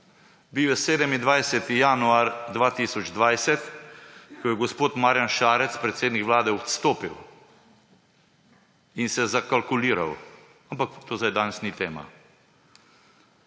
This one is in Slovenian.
Bil je 27. januar 2020, ko je gospod Marjan Šarec, predsednik Vlade, odstopil in se zakalkuliral, ampak to zdaj danes ni tema.